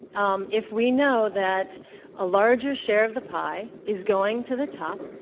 um if we know that a larger share of the pie is going to the top,